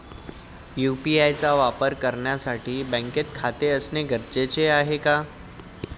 UPI चा वापर करण्यासाठी बँकेत खाते असणे गरजेचे आहे का?